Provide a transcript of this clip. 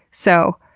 so,